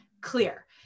clear